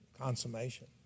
consummation